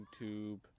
YouTube